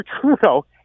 Trudeau